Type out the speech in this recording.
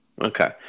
Okay